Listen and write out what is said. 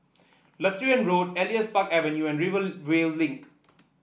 Lutheran Road Elias Park Avenue and Rivervale Link